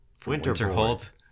Winterhold